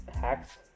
hacks